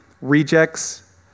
rejects